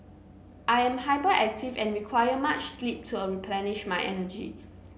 I am hyperactive and require much sleep to a replenish my energy